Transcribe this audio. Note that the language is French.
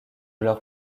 leur